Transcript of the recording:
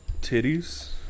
Titties